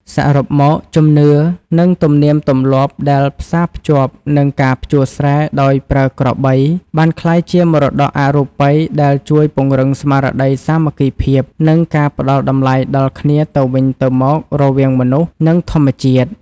សរុបមក ជំនឿ និងទំនៀមទម្លាប់ដែលផ្សារភ្ជាប់នឹងការភ្ជួរស្រែដោយប្រើក្របី បានក្លាយជាមរតកអរូបិយដែលជួយពង្រឹងស្មារតីសាមគ្គីភាព និងការផ្តល់តម្លៃដល់គ្នាទៅវិញទៅមករវាងមនុស្ស និងធម្មជាតិ។